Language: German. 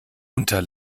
unter